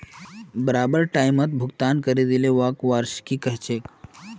बराबर टाइमत भुगतान करे दिले व्हाक वार्षिकी कहछेक